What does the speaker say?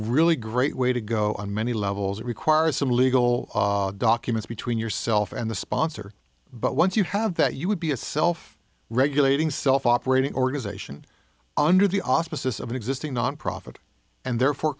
really great way to go on many levels requires some legal documents between yourself and the sponsor but once you have that you would be a self regulating self operating organization under the auspices of an existing nonprofit and therefore